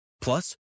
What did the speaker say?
Plus